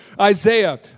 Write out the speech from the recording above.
Isaiah